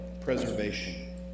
preservation